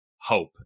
hope